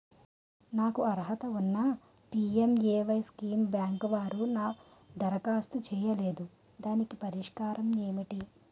నాకు అర్హత ఉన్నా పి.ఎం.ఎ.వై స్కీమ్ బ్యాంకు వారు దరఖాస్తు చేయలేదు దీనికి పరిష్కారం ఏమిటి?